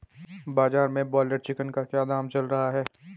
बाजार में broiler chicken का क्या दाम चल रहा है?